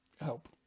help